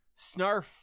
snarf